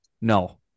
no